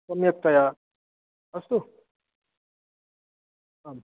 सम्यक्तया अस्तु आम्